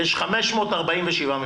יש 547 מפעלים.